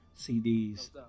CDs